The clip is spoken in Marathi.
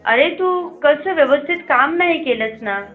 अरे तू कसं व्यवस्थित काम नाही केलंस ना